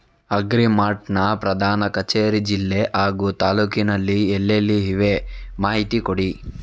Agri mart ನ ಪ್ರಧಾನ ಕಚೇರಿ ಜಿಲ್ಲೆ ಹಾಗೂ ತಾಲೂಕಿನಲ್ಲಿ ಎಲ್ಲೆಲ್ಲಿ ಇವೆ ಮಾಹಿತಿ ಕೊಡಿ?